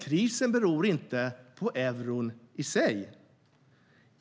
Krisen beror inte på euron i sig.